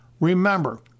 Remember